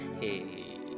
Hey